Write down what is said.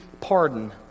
pardon